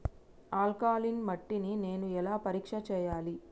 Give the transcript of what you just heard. Alkaline మట్టి ని నేను ఎలా పరీక్ష చేయాలి?